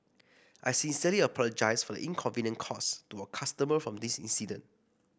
I sincerely apologise for the inconvenience caused to our customer from this incident